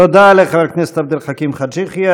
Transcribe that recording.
תודה לחבר הכנסת עבד אל חכים חאג' יחיא.